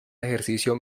ejercicio